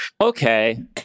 okay